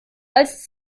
als